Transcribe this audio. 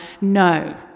No